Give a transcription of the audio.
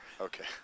Okay